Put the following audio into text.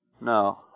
No